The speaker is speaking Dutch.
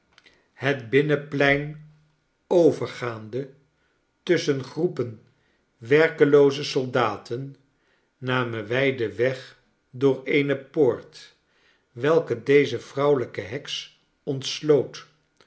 het binnenplein overgaande tusschen groepen werkelooze soldaten namen wij den weg door eene poort welke deze vrouwelijke heks ontsloot